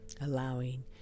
Allowing